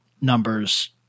numbers